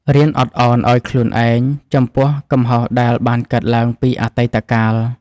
រៀនអត់ឱនឱ្យខ្លួនឯង ចំពោះកំហុសដែលបានកើតឡើងពីអតីតកាល។